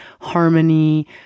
harmony